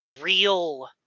real